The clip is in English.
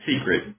secret